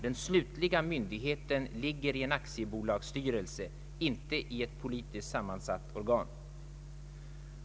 Den slutliga myndigheten ligger hos en aktiebolagsstyrelse, inte hos ett politiskt sammansatt organ.